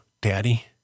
daddy